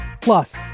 Plus